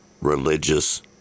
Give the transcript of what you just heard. religious